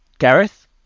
Gareth